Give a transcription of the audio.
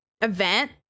event